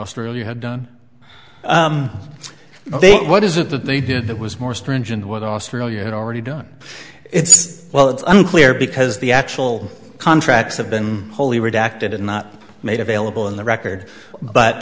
australia had done ok what is it that they did that was more stringent what australia had already done it's well it's unclear because the actual contracts have been wholly redacted and not made available in the record but